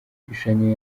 igishushanyo